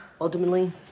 Ultimately